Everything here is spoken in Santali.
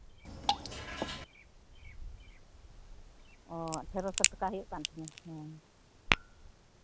ᱚ ᱛᱮᱨᱚᱥᱚ ᱴᱟᱠᱟ ᱦᱩᱭᱩᱜ ᱠᱟᱱ ᱛᱤᱧᱟ ᱦᱩᱸ